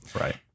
right